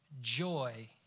joy